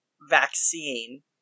vaccine